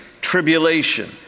...tribulation